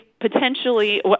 potentially